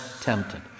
tempted